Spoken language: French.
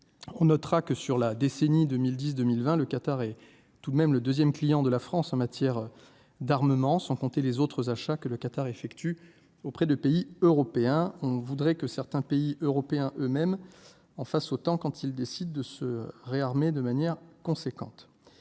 on notera que sur la décennie 2010 2020, le Qatar et tout de même le 2ème, client de la France en matière d'armement, sans compter les autres achats que le Qatar effectue. Auprès de pays européens, on voudrait que certains pays européens, eux-mêmes en fassent autant, quand il décide de se réarmer de manière conséquente,